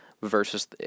versus